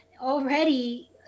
already